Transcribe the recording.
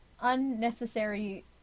Unnecessary